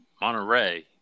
monterey